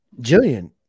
Jillian